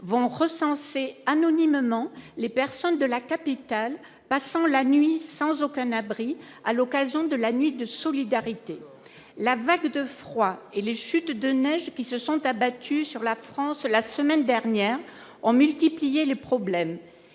vont recenser anonymement les personnes de la capitale, passant la nuit sans aucun abri à l'occasion de la nuit, de solidarité, la vague de froid et les chutes de neige qui se sont abattues sur la France la semaine dernière ont multiplié les problèmes